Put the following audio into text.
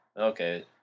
okay